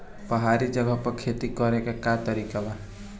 पहाड़ी जगह पर खेती करे के का तरीका बा?